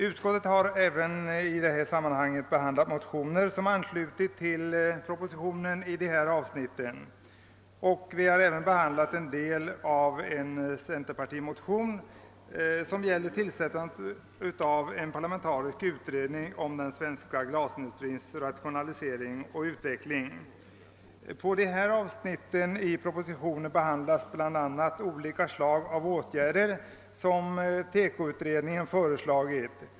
Utskottet har i sammanhanget också behandlat några motioner i anledning av dessa avsnitt i propositionen samt en del av en centerpartimotion, i vilken begärts tillsättande av en parlamenta I nämnda avsnitt av propositionen behandlas bl.a. olika slags åtgärder som TEKO-utredningen föreslagit.